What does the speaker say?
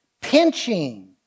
pinching